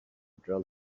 drum